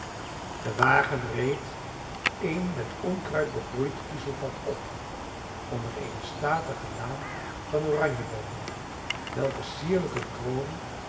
de wagen reed een met onkruid begroeid kiezelpad op onder eene statige laan van oranjeboomen welker sierlijke kronen